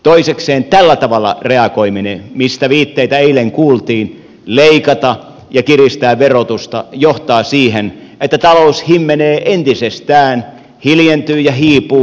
toisekseen tällä tavalla reagoiminen mistä viitteitä eilen kuultiin leikata ja kiristää verotusta johtaa siihen että talous himmenee entisestään hiljentyy ja hiipuu